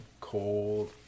cold